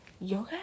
yoga